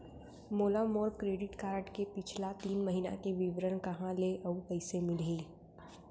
मोला मोर credit card के पिछला तीन महीना के विवरण कहाँ ले अऊ कइसे मिलही?